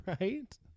Right